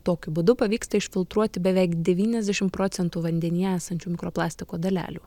tokiu būdu pavyksta išfiltruoti beveik devyniasdešimt procentų vandenyje esančių mikroplastiko dalelių